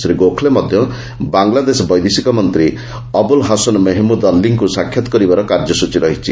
ଶ୍ରୀ ଗୋଖଲେ ମଧ୍ୟ ବାଂଲାଦେଶ ବୈଦେଶିକ ମନ୍ତ୍ରୀ ଅବୁଲ୍ ହାସନ୍ ମେହମ୍ମୁଦ୍ ଅଲ୍ଲିଙ୍କୁ ସାକ୍ଷାତ୍ କରିବାର କାର୍ଯ୍ୟସ୍ଚୀ ରହିଛି